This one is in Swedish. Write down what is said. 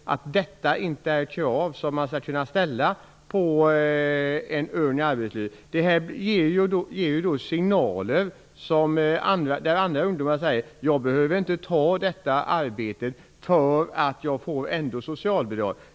Skall man inte kunna ställa sådana krav på en ung arbetslös person? Det här ger då signaler till andra ungdomar om att de inte behöver ta arbete, eftersom de ändå får socialbidrag.